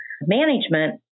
management